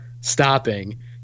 stopping